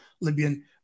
Libyan